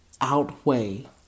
outweigh